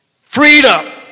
freedom